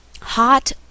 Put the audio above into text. Hot